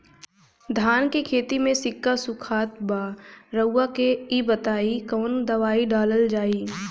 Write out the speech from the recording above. धान के खेती में सिक्का सुखत बा रउआ के ई बताईं कवन दवाइ डालल जाई?